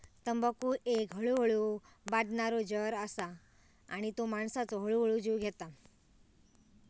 तंबाखू एक हळूहळू बादणारो जहर असा आणि तो माणसाचो हळूहळू जीव घेता